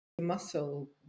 Muscle